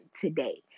today